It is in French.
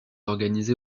organisé